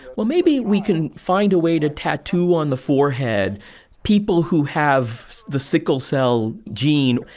well, maybe we can find a way to tattoo on the forehead people who have the sickle cell gene.